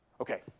Okay